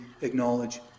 acknowledge